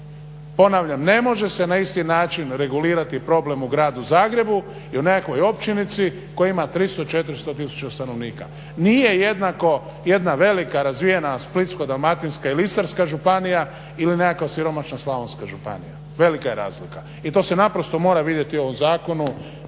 Ponavljam ne može se na isti način regulirati problem u Gradu Zagrebu i u nekakvoj općinici koja ima 300, 400 tisuća stanovnika, nije jednako jedna velika razvijena Splitsko-dalmatinska ili Istarska županija, ili nekakva siromašna slavonska županija. Velika je razlika, i to se naprosto mora vidjeti u ovom zakonu